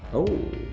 oh,